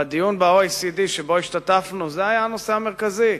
בדיון ב-OECD שבו השתתפנו זה היה הנושא המרכזי.